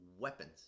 weapons